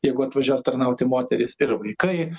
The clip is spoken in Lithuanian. jeigu atvažiuos tarnauti moterys ir vaikai